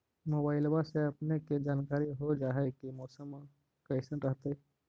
मोबाईलबा से अपने के जानकारी हो जा है की मौसमा कैसन रहतय?